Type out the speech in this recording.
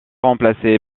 remplacée